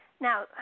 Now